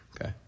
okay